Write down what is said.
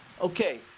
okay